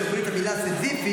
כשאומרים את המילה סיזיפי,